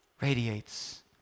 radiates